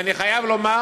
ואני חייב לומר